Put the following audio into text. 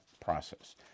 process